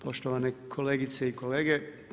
poštovane kolegice i kolege.